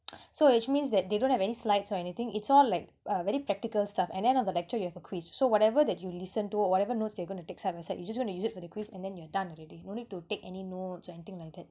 so which means that they don't have any slides or anything it's all like uh very practical stuff and then on the lecture you have a quiz so whatever that you listened to or whatever notes they're gonna take side by side you just wanna use it for the quiz and then you're done already no need to take any notes or anything like that